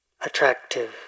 attractive